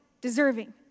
Deserving